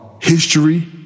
history